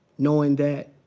knowing that,